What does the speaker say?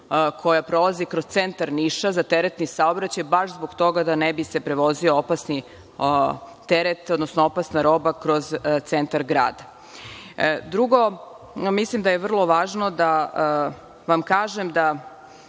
koja prolazi kroz centar Niša za teretni saobraćaj, baš zbog toga da se ne bi prevozio opasni teret, odnosno opasna roba kroz centar grada. Drugo, mislim da je vrlo važno da vam kažem da